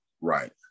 Right